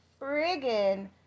friggin